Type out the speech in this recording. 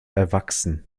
erwachsen